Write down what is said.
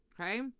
Okay